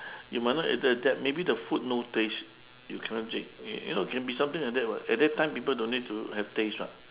you might not able to adapt maybe the food no taste you cannot take you you know it can be something like that what at that time people don't need to have taste [what]